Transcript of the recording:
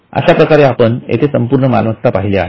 अश्याप्रकारे आपण येथे संपूर्ण मालमत्ता पहिल्या आहेत